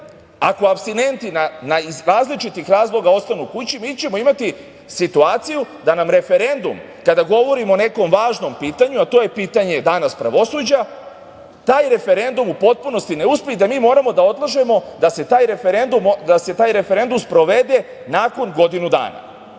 ako apstinenti iz različitih razloga ostanu kući, mi ćemo imati situaciju da nam referendum, kada govorimo o nekom važnom pitanju, a to je pitanje danas pravosuđa, taj referendum u potpunosti ne uspe i da mi moramo da odlažemo da se taj referendum sprovede nakon godinu dana. To